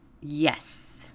Yes